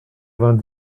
vingt